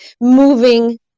moving